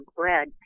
bread